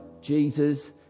Jesus